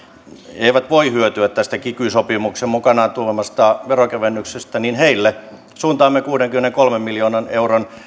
eivät voi hyötyä tästä kiky sopimuksen mukanaan tuomasta veronkevennyksestä niin heille suuntaamme kuudenkymmenenkolmen miljoonan euron